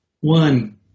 one